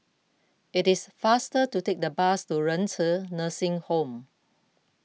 it is faster to take the bus to Renci Nursing Home